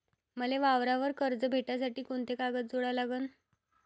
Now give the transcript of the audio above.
मले वावरावर कर्ज भेटासाठी कोंते कागद जोडा लागन?